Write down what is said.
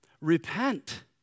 repent